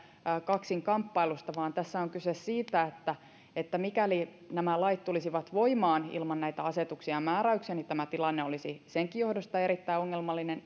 kaksinkamppailusta vaan tässä on kyse siitä että että mikäli nämä lait tulisivat voimaan ilman näitä asetuksia ja määräyksiä niin tämä tilanne olisi senkin johdosta erittäin ongelmallinen